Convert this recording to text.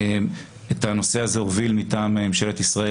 את הנושא הזה הוביל מטעם ממשלת ישראל